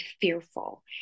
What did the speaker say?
fearful